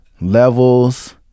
levels